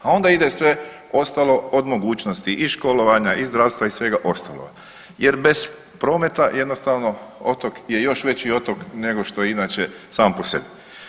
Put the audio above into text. A onda ide sve ostalo od mogućnosti i školovanja i zdravstva i svega ostaloga jer bez prometa jednostavno otok je još veći otok nego što je inače sam po sebi.